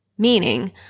Meaning